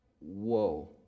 Whoa